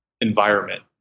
environment